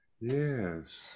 Yes